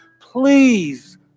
please